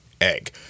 Egg